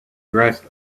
dressed